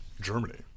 Germany